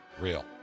real